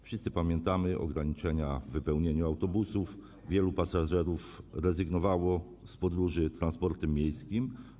Wszyscy pamiętamy ograniczenia w wypełnieniu autobusów, wielu pasażerów rezygnowało też z podróży transportem miejskim.